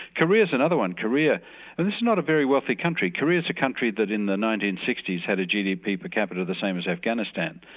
korea's another one, korea, and this is not a very wealthy country, korea's a country that in the nineteen sixty s had a gdp per capita the same as afghanistan.